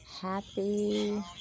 Happy